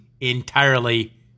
entirely